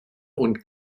und